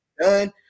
done